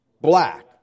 Black